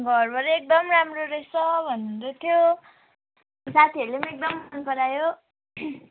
घरबाट एकदम राम्रो रहेछ भन्नुहुँदै थियो साथीहरूले पनि एकदम मनपरायो